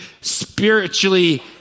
spiritually